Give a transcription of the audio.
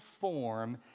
form